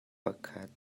pakhat